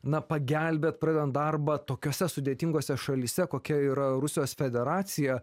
na pagelbėt pradedant darbą tokiose sudėtingose šalyse kokia yra rusijos federacija